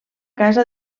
casa